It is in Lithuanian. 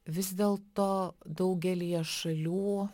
vis dėlto daugelyje šalių